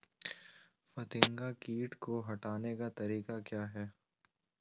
फतिंगा किट को हटाने का तरीका क्या है?